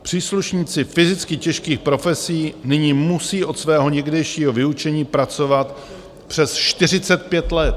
Příslušníci fyzicky těžkých profesí nyní musí od svého někdejšího vyučení pracovat přes 45 let.